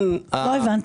לא הבנתי.